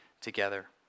together